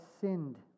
sinned